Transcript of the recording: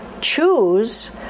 choose